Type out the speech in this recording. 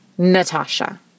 Natasha